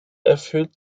erfüllt